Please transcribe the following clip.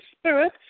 spirit